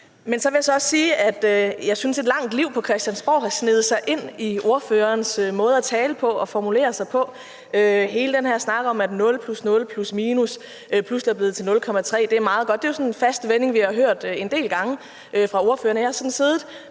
Men så vil jeg også sige, at jeg synes, at et langt liv på Christiansborg har sneget sig ind i ordførerens måde at tale på og formulere sig på. Hele den her snak om, at nul plus nul plus minus pludselig er blevet til 0,3 er meget godt, for det er jo sådan en fast vending, vi har hørt en del gange fra ordføreren. Jeg har sådan siddet